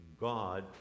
God